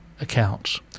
Accounts